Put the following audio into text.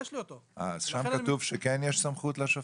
אז שם כתבו שכן יש סמכות לשופט?